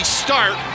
start